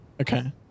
Okay